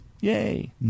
Yay